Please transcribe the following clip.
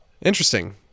Interesting